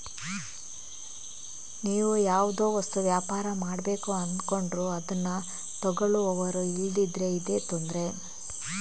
ನೀವು ಯಾವುದೋ ವಸ್ತು ವ್ಯಾಪಾರ ಮಾಡ್ಬೇಕು ಅಂದ್ಕೊಂಡ್ರು ಅದ್ನ ತಗೊಳ್ಳುವವರು ಇಲ್ದಿದ್ರೆ ಇದೇ ತೊಂದ್ರೆ